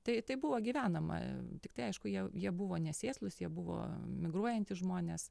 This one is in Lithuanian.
tai tai buvo gyvenama tiktai aišku jie jie buvo nesėslūs jie buvo migruojantys žmonės